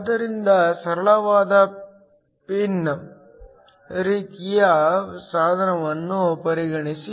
ಆದ್ದರಿಂದ ಸರಳವಾದ ಪಿನ್ ರೀತಿಯ ಸಾಧನವನ್ನು ಪರಿಗಣಿಸಿ